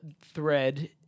thread